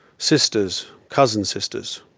sisters, cousin-sisters.